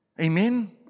Amen